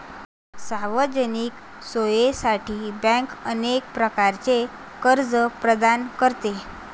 सार्वजनिक सोयीसाठी बँक अनेक प्रकारचे कर्ज प्रदान करते